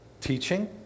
teaching